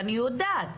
ואני יודעת,